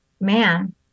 man